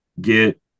get